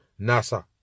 NASA